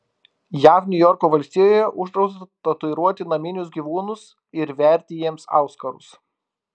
jav niujorko valstijoje uždrausta tatuiruoti naminius gyvūnus ir verti jiems auskarus